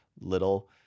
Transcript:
Little